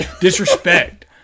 disrespect